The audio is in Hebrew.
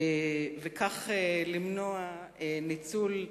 וכך למנוע ניצול,